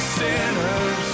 sinners